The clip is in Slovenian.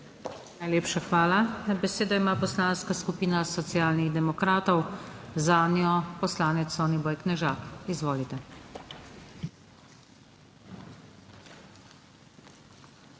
Najlepša hvala. Besedo ima Poslanska skupina Socialnih demokratov, zanjo poslanec Soniboj Knežak. Izvolite.